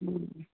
అ